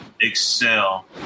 excel